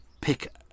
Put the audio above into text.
pick